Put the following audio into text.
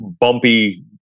bumpy